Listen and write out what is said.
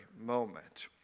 moment